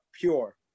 pure